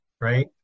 right